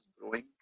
growing